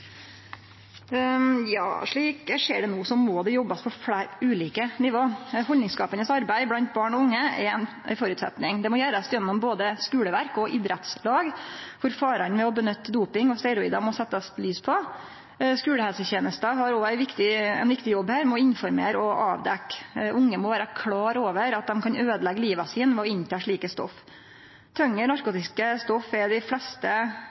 Slik eg ser det no, må det bli jobba på fleire ulike nivå. Haldningsskapande arbeid blant barn og unge er ein føresetnad. Det må gjerast gjennom både skuleverk og idrettslag, der ein må ha fokus på farane med å bruke doping og steroid. Skulehelsetenesta har òg ein viktig jobb her med å informere og avdekkje. Dei unge må vere klare over at dei kan øydeleggje liva sine ved å ta slike stoff.